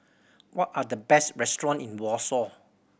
what are the best restaurant in Warsaw